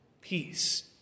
peace